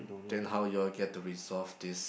then how you all get to resolve this